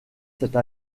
cette